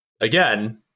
Again